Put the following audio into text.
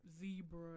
Zebra